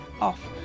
off